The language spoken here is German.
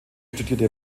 studierte